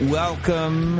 welcome